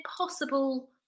impossible